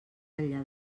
enllà